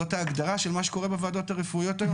זה ההגדרה של מה שקורה בוועדות הרפואיות היום,